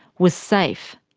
was safe.